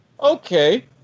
Okay